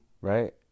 Right